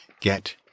get